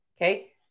Okay